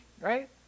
Right